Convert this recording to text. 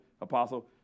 apostle